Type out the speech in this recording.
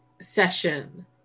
session